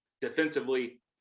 defensively